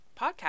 podcast